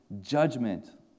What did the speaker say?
judgment